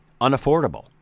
unaffordable